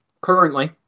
Currently